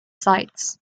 sites